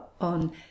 on